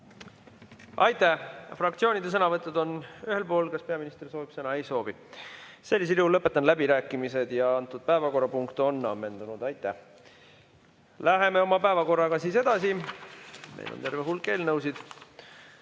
Aitäh! Fraktsioonide sõnavõtud on ühel pool. Kas peaminister soovib sõna? Ei soovi. Sellisel juhul lõpetan läbirääkimised ja antud päevakorrapunkt on ammendunud. Läheme oma päevakorraga edasi. Meil on terve hulk eelnõusid.